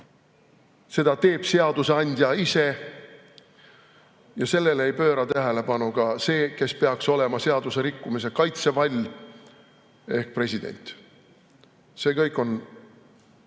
Seda teeb seadusandja ise ja sellele ei pööra tähelepanu ka see, kes peaks olema seadusrikkumise kaitsevall, ehk president. See kõik on